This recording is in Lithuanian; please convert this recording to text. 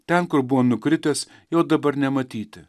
ten kur buvo nukritęs jo dabar nematyti